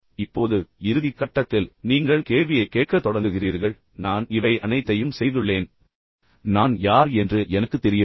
இப்போது இறுதி கட்டத்தில் நீங்கள் கேள்வியைக் கேட்கத் தொடங்குகிறீர்கள் நான் இவை அனைத்தையும் செய்துள்ளேன் ஆனால் நான் யார் என்று எனக்குத் தெரியவில்லை